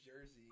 jersey